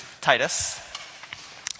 Titus